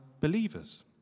believers